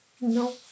No